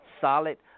solid